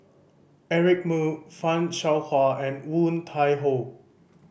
Eric Moo Fan Shao Hua and Woon Tai Ho